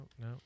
no